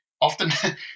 often